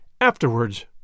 Afterwards